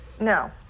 No